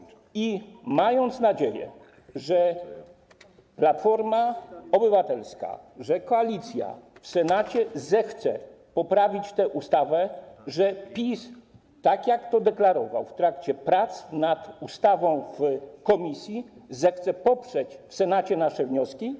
Mając nadzieję, że Platforma Obywatelska, że koalicja w Senacie zechce poprawić tę ustawę i że PiS, tak jak to deklarował w trakcie prac nad ustawą w komisji, zechce poprzeć w Senacie nasze wnioski.